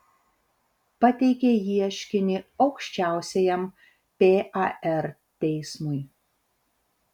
pateikė ieškinį aukščiausiajam par teismui